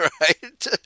right